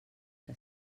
que